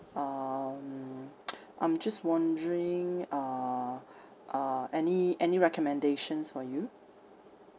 um I'm just wondering uh uh any any recommendations from you